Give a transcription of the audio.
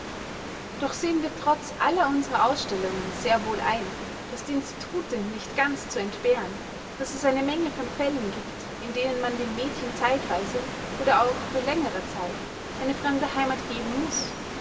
doch sehen wir trotz aller unserer ausstellungen sehr wohl ein daß die institute nicht ganz zu entbehren daß es eine menge von fällen gibt in denen man dem mädchen zeitweise oder auch für längere zeit eine fremde heimath geben muß